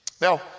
Now